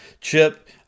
Chip